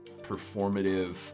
performative